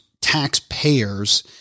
taxpayers –